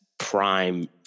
Prime